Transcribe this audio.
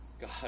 God